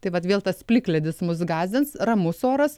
taip vat vėl tas plikledis mus gąsdins ramus oras